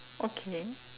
okay